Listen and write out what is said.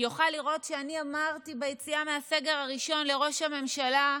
יוכל לראות שאני אמרתי ביציאה מהסגר הראשון לראש הממשלה: